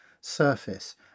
surface